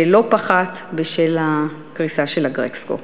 שלא פחת בשל הקריסה של "אגרקסקו".